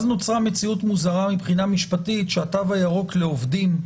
אז נוצרה מציאות מוזרה מבחינה משפטית שהתו הירוק לעובדים,